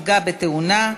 התעבורה (מאסר מינימום למי הפקיר אדם שנפגע בתאונה),